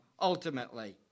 ultimately